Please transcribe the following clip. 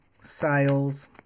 sales